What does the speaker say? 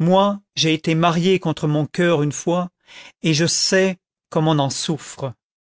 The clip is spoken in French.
moi j'ai été mariée contre mon coeur une fois et je sais comme on en souffre